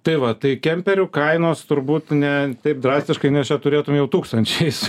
tai va tai kemperių kainos turbūt ne taip drastiškai nes čia turėtum jau tūkstančiais